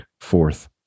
fourth